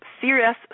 Serious